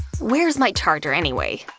where's my charger anyway?